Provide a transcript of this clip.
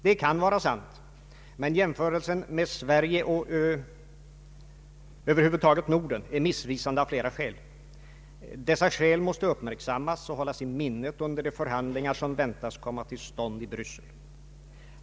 Det kan vara sant, men jämförelsen med Sverige och över huvud taget Norden är missvisande av flera skäl. Dessa skäl måste uppmärksammas och hållas i minnet under de förhandlingar som väntas komma till stånd i Bryssel.